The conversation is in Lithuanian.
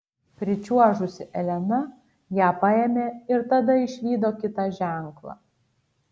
pričiuožusi elena ją paėmė ir tada išvydo kitą ženklą